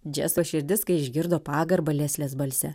džeso širdis kai išgirdo pagarbą leslės balse